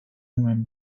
human